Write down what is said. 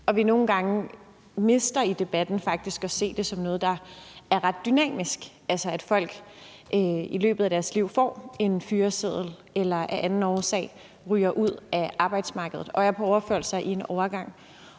om vi nogle gange i debatten faktisk mister at se det som noget, der er ret dynamisk, altså på den måde, at folk i løbet af deres liv får en fyreseddel eller af anden årsag ryger ud af arbejdsmarkedet og er på overførselsindkomst en overgang.